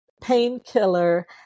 painkiller